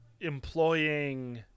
employing